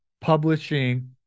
publishing